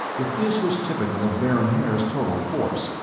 if this was typical of baron haer's total force,